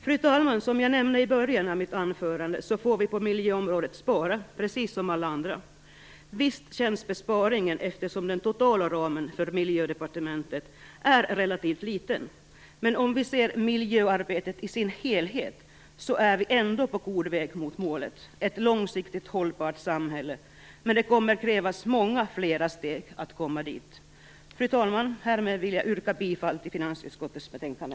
Fru talman! Som jag nämnde i början av mitt anförande får vi spara på miljöområdet precis som på alla andra områden. Visst känns besparingen, eftersom den totala ramen för Miljödepartementet är relativt liten. Men om vi ser miljöarbetet i dess helhet är vi ändå på god väg mot målet - ett långsiktigt hållbart samhälle. Men det kommer att krävas många fler steg för att komma dit. Fru talman! Härmed vill jag yrka bifall till hemställan i finansutskottets betänkande.